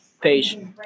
Page